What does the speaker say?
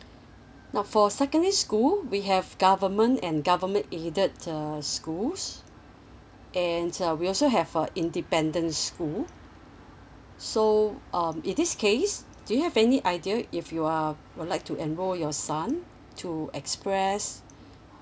now for secondary school we have government and government aided uh either schools and uh we also have a independence school so um in this case do you have any idea if you are would like to enroll your son to express